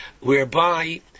whereby